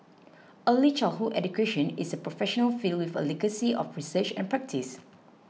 early childhood education is a professional field with a legacy of research and practice